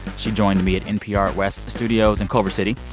she joined me at npr west studios in culver city.